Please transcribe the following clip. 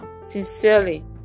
Sincerely